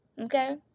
Okay